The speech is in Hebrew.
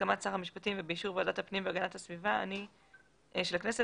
בהסכמת שר המשפטים ובאישור ועדת הפנים והגנת הסביבה של הכנסת,